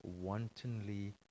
wantonly